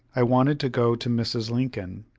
i wanted to go to mrs. lincoln,